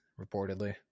reportedly